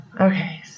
Okay